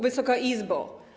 Wysoka Izbo!